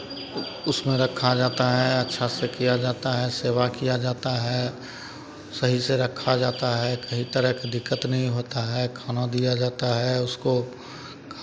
उसमें रखा जाता है अच्छा से किया जाता है सेवा किया जाता है सही से रखा जाता है कहीं तरह के दिक्कत नहीं होता है खाना दिया जाता है उसको